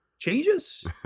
Changes